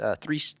three